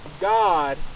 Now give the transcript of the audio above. God